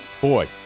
Boy